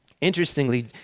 Interestingly